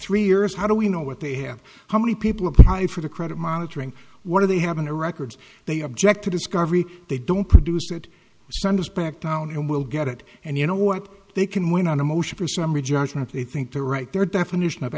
three years how do we know what they have how many people apply for the credit monitoring what do they have in a records they object to discovery they don't produce it sends back down and we'll get it and you know what they can win on a motion for summary judgment they think they're right their definition of